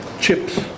chips